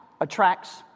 attracts